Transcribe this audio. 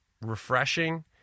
refreshing